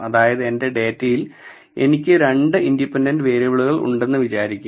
അതായത് എന്റെ ഡാറ്റയിൽ എനിക്ക് 2 ഇൻഡിപെൻഡന്റ് വേരിയബിളുകൾ ഉണ്ടെന്ന് വിചാരിക്കുക